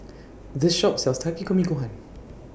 This Shop sells Takikomi Gohan